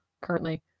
currently